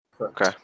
Okay